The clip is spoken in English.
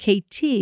KT